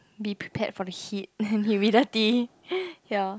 be prepared for the heat and humidity ya